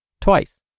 twice